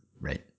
right